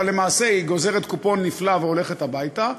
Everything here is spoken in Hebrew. אבל למעשה היא גוזרת קופון נפלא והולכת הביתה.